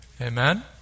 Amen